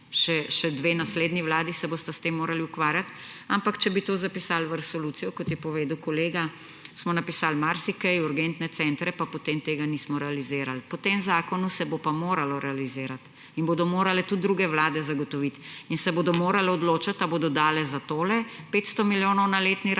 Še dve naslednji vladi se bosta s tem morali ukvarjati, ampak če bi to zapisali v resolucijo, kot je povedal kolega, smo napisali marsikaj, urgentne centre, pa potem tega nismo realizirali. Po tem zakonu se bo pa moralo realizirati in bodo morale tudi druge vlade zagotoviti. In se bodo morale odločati, ali bodo dale za tole 500 milijonov na letni ravni,